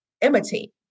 imitate